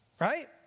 right